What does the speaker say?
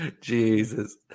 Jesus